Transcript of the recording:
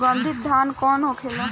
सुगन्धित धान कौन होखेला?